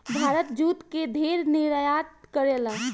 Bharat jute के ढेर निर्यात करेला